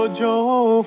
joe